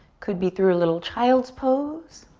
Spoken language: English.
could be through a little child's pose.